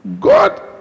God